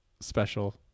special